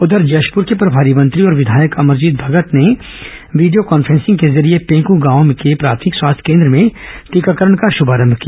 उधर जशपूर के प्रभारी मंत्री और विधायक अमरजीत भगत ने वीडियो कान्फेंसिंग के जरिए पैंकू गांव के प्राथमिक स्वास्थ्य केन्द्र में टीकाकरण का शुभारंभ किया